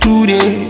Today